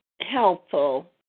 helpful